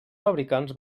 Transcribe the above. fabricants